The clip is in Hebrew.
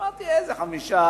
אמרתי: איזה 5?